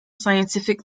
scientific